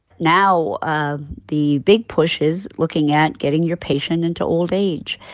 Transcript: now um the big push is looking at getting your patient into old age.